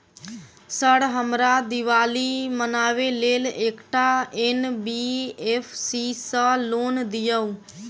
Sir हमरा दिवाली मनावे लेल एकटा एन.बी.एफ.सी सऽ लोन दिअउ?